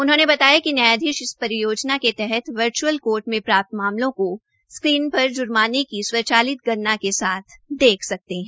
उन्होंने बताया कि न्यायाधीश इस परियोजना के तहत वर्च्अल कोर्ट में प्राप्त मामलों को स्क्रीन पर जुर्माना की स्वचालित गणना के साथ देख सकते है